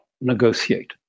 negotiate